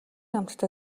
амттай